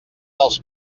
dels